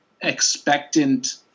expectant